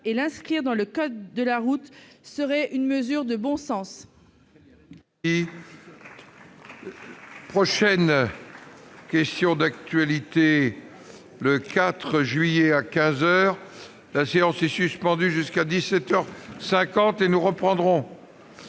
et l'inscrire dans le code de la route serait une mesure de bon sens.